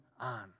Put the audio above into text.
on